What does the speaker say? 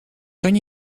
kan